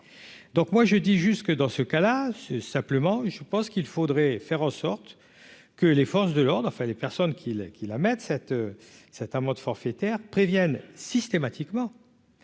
donc moi je dis juste que dans ce cas-là, simplement je pense qu'il faudrait faire en sorte que les forces de l'ordre, enfin les personnes qu'ils qu'qui la mettent cette cette amende forfaitaire préviennent systématiquement